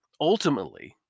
ultimately